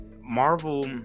Marvel